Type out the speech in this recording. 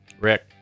Rick